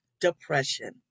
depression